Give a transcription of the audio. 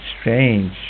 strange